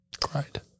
cried